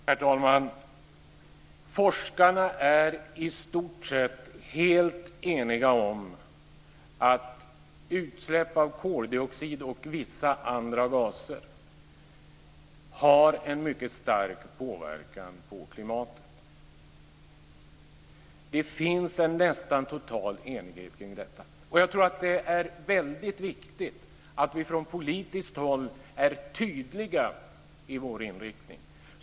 Herr talman! Forskarna är i stort sett helt eniga om att utsläpp av koldioxid och vissa andra gaser har en mycket stark påverkan på klimatet. Det finns en nästan total enighet kring detta. Jag tror att det är väldigt viktigt att vi från politiskt håll är tydliga i vår inriktning.